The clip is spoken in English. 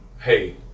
hey